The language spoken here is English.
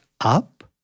up